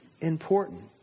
Important